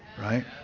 Right